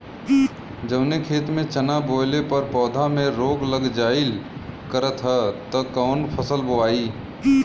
जवने खेत में चना बोअले पर पौधा में रोग लग जाईल करत ह त कवन फसल बोआई?